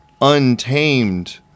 untamed